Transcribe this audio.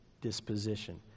disposition